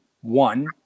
one